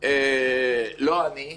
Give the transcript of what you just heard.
לא אני.